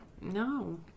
No